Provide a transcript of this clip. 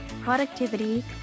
productivity